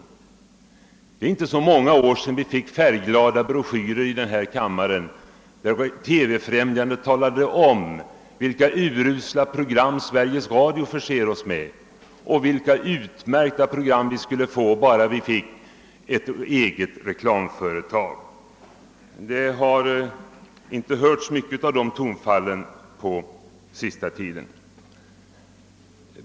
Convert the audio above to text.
Det är inte så många år sedan vi fick färgglada broschyrer i denna kammare, i vilka TV-främjandet talade om vilka urusla program Sveriges Radio förser oss med och vilka utmärkta program vi skulle få bara vi fick ett särskilt reklamföretag. På senaste tiden har det inte hörts mycket av dessa tongångar.